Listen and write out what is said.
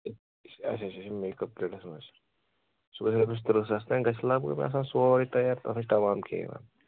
اچھا اچھا make up kits منٛز سُہ گژھِ رۄپیِس تٕرٛہ ساس تام گژھِ سُہ لگ بگ مےٚ باسان سورٕے تیار تَتھ منٛز چھِ تمام کیٚنہہ یِوان